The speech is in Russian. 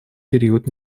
период